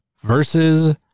versus